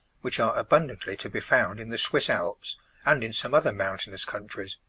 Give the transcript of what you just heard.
which are abundantly to be found in the swiss alps and in some other mountainous countries.